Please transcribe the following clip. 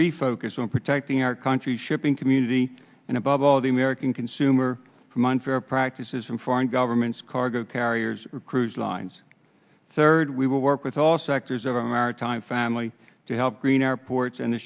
refocus on protecting our country shipping community and above all the american consumer from unfair practices from foreign governments cargo carriers cruise lines third we will work with all sectors of our maritime family to help green our ports and the